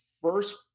first